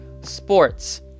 sports